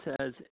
says